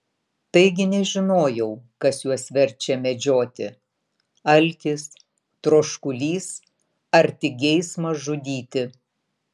taigi nežinojau kas juos verčia medžioti alkis troškulys ar tik geismas žudyti